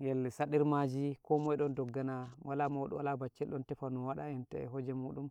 ngel saɗirmaji komoye ɗon ɗoggana, wala mauɗo, wala baccel ɗon tefa no waɗa e heje muɗum.